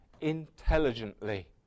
intelligently